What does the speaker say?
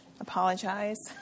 apologize